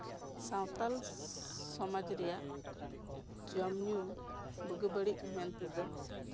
ᱥᱟᱱᱛᱟᱲ ᱥᱚᱢᱟᱡᱽ ᱨᱮᱭᱟᱜ ᱡᱚᱢ ᱧᱩ ᱵᱩᱜᱤ ᱵᱟᱹᱲᱤᱡ ᱢᱮᱱ ᱛᱮᱫᱚ